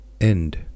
End